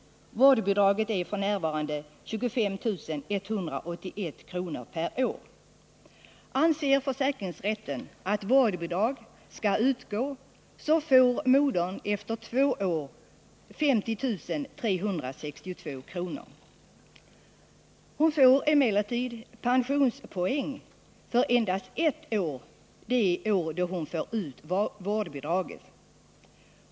Vårdbidraget är f.n. 25181 kr. per år. Anser försäkringsrätten att vårdbidrag skall utgå, får modern efter två år 50 362 kr. Hon får emellertid pensionspoäng för endast ett år — det år då hon får ut vårdbidraget.